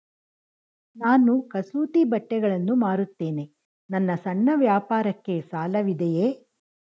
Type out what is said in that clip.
ನಾನು ಕಸೂತಿ ಬಟ್ಟೆಗಳನ್ನು ಮಾರುತ್ತೇನೆ ನನ್ನ ಸಣ್ಣ ವ್ಯಾಪಾರಕ್ಕೆ ಸಾಲವಿದೆಯೇ?